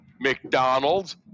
McDonald's